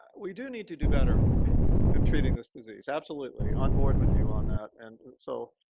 we do need to do better in treating this disease. absolutely, on board with you on that. and so,